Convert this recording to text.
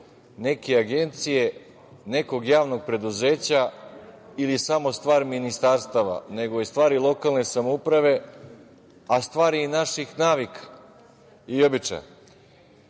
neke agencije, nekog javnog preduzeća ili samo stvar ministarstava, nego je stvar i lokalne samouprave, a stvar je i naših navika i